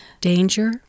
danger